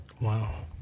wow